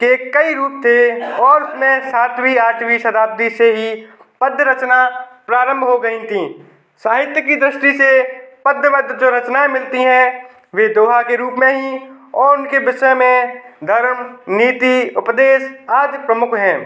के कई रूप थे और उसमें सातवी आठवी शताब्दी से ही पद्य रचना प्रारंभ हो गई थीं साहित्य की दृष्टि से पद्य वद्य जो रचनाएँ मिलती हैं वह दोहा के रूप में ही और उनके विषय में धर्म नीति उपदेश आदि प्रमुख हैं